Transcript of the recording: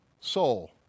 soul